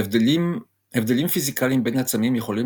הבדלים פיזיקליים בין עצמים יכולים